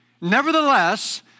Nevertheless